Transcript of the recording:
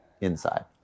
inside